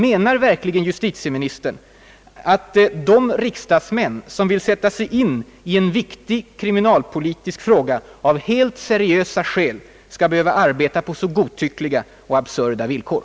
Menar verkligen justitieministern att de riksdagsmän, som av helt seriösa skäl vill sätta sig in i en viktig kriminalpolitisk fråga skall behöva arbeta på så godtyckliga och absurda villkor?